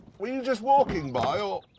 were you just walking by, or.